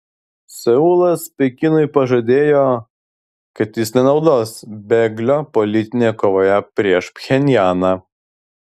seulas pekinui pažadėjo kad jis nenaudos bėglio politinėje kovoje prieš pchenjaną